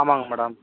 ஆமாங்க மேடம்